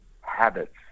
habits